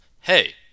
hey